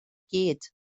gyd